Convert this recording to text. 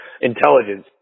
intelligence